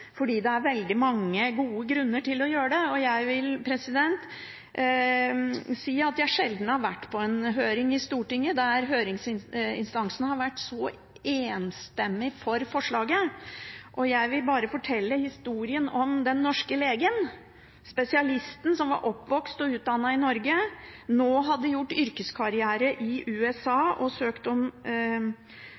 fordi det er veldig mange gode grunner til å gjøre det. Jeg vil si at jeg sjelden har vært på en høring i Stortinget der høringsinstansene har vært så enstemmig for forslaget. Jeg vil fortelle historien om den norske legen, spesialisten som var oppvokst og utdannet i Norge. Han hadde gjort yrkeskarriere i USA og